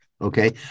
okay